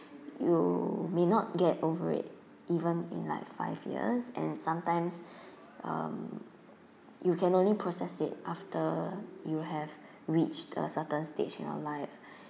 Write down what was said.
you may not get over it even in like five years and sometimes um you can only process it after you have reached a certain stage in your life